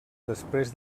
després